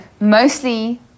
mostly